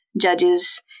judges